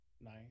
nice